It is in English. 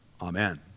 Amen